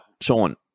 Sean